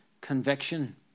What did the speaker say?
conviction